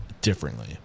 differently